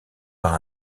par